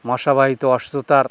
মশাবাহিত অসুস্থতার